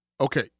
Okay